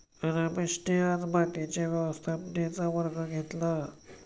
रमेशने आज मातीच्या व्यवस्थापनेचा वर्ग घेतला